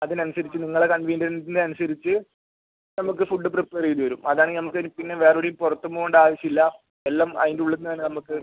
അതിനനുസരിച്ച് നിങ്ങള കൺവീനിയൻസിന് അനുസരിച്ച് നമുക്ക് ഫുഡ് പ്രിപ്പേറ് ചെയ്ത് തരും അത് ആണങ്കിൽ നമുക്ക് പിന്നെ വേറെ എവിടെയും പുറത്തും പോകേണ്ട ആവശ്യം ഇല്ല എല്ലാം അതിൻ്റെ ഉള്ളിൽനിന്ന് തന്നെ നമുക്ക്